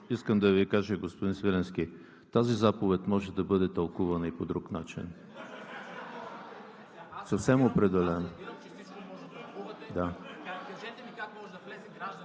искам да Ви кажа, господин Свиленски, тази заповед може да бъде тълкувана и по друг начин. Съвсем определено.